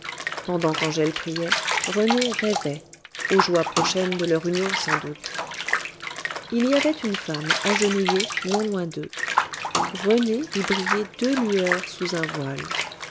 pendant qu'angèle priait rené rêvait aux joies prochaines de leur union sans doute il y avait une femme agenouillée non loin d'eux rené vit briller deux lueurs sous un voile